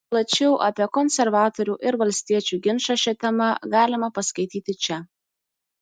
plačiau apie konservatorių ir valstiečių ginčą šia tema galima paskaityti čia